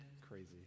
crazy